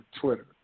Twitter